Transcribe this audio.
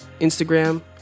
Instagram